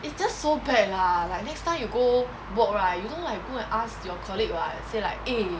it's just so bad lah like next time you go work right you know I go and ask your colleague [what] say like eh